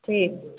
ठीक